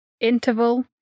interval